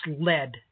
lead